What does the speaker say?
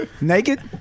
Naked